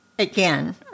Again